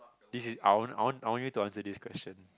this is I want I want I want you to answer this question